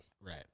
Right